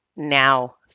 Now